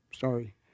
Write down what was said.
sorry